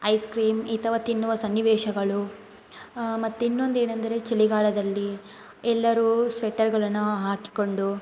ice cream ಈ ಥರ ತಿನ್ನುವ ಸನ್ನಿವೇಶಗಳು ಮತ್ತೆ ಇನ್ನೊಂದು ಏನೆಂದರೆ ಚಳಿಗಾಲದಲ್ಲಿ ಎಲ್ಲರು ಸ್ವೆಟರ್ಗಳನ್ನು ಹಾಕಿಕೊಂಡು